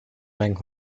meng